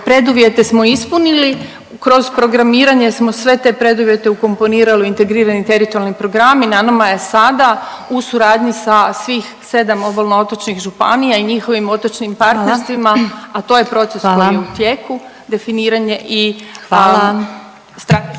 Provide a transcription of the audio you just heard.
preduvjete smo ispunili. Kroz programiranje smo sve te preduvjete ukomponirali u integrirani teritorijalni program i na nama je sada u suradnji sa svih sedam obalno otočnih županija i njihovim otočnim partnerstvima, … …/Upadica Glasovac: